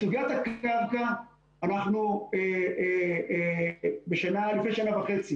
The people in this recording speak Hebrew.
בסוגית הקרקע אנחנו לפני שנה וחצי